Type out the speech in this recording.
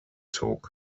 talk